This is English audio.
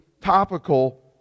topical